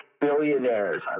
billionaires